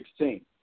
2016